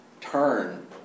turn